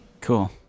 Cool